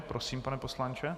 Prosím, pane poslanče.